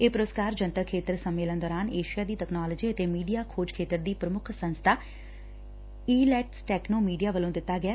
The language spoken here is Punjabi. ਇਹ ਪੁਰਸਕਾਰ ਜਨਤਕ ਖੇਤਰ ਸੰਮੇਲਨ ਦੌਰਾਨ ਏਸ਼ੀਆ ਦੀ ਤਕਨਾਲੋਜੀ ਅਤੇ ਮੀਡੀਆ ਖੋਜ ਖੇਤਰ ਦੀ ਪ੍ਰਮੁੱਖ ਸੰਸਬਾ ਈਲੈਟਸ ਟੈਕਨੋ ਮੀਡੀਆ ਵੱਲੋਂ ਦਿੱਤਾ ਗਿਐ